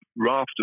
Raft